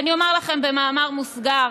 ואני אומר לכם במאמר מוסגר: